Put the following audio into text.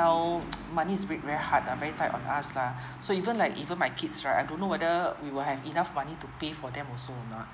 now money is a bit very hard uh very tight on us lah so even like even my kids right I don't know whether we will have enough money to pay for them also or not